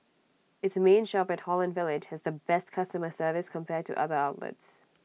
its main shop at Holland village has the best customer service compared to other outlets